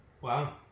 Wow